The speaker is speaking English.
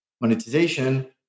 monetization